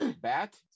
bat